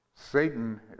Satan